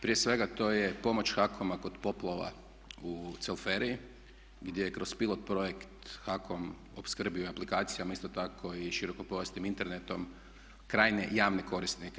Prije svega, to je pomoć HAKOM-a kod poplava u Celferiji gdje je kroz pilot projekt HAKOM opskrbio aplikacijama, isto tako i širokopojasnim internetom krajnje javne korisnike.